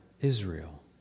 Israel